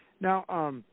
Now